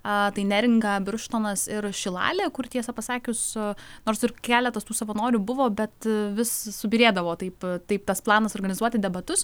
tai neringa birštonas ir šilalė kur tiesą pasakius su nors ir keletas tų savanorių buvo bet vis subyrėdavo taip taip tas planas organizuoti debatus